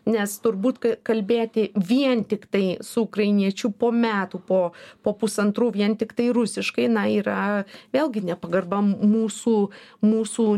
nes turbūt ka kalbėti vien tiktai su ukrainiečiu po metų po po pusantrų vien tiktai rusiškai na yra vėlgi nepagarba m mūsų mūsų